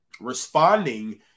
responding